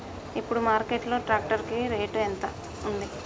ఇప్పుడు మార్కెట్ లో ట్రాక్టర్ కి రేటు ఎంత ఉంది?